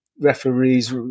referees